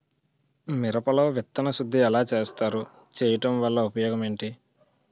మిరప లో విత్తన శుద్ధి ఎలా చేస్తారు? చేయటం వల్ల ఉపయోగం ఏంటి?